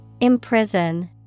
Imprison